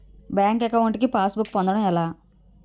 Bank account కి pass book పొందడం ఎలా?